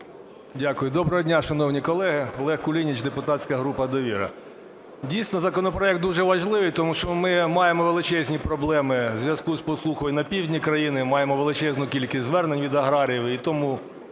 Дякую. Доброго дня, шановні колеги! Олег Кулініч, депутатська група "Довіра". Дійсно, законопроект дуже важливий, тому що ми маємо величезні проблеми в зв'язку з посухою на півдні країни, маємо величезну кількість звернень від аграріїв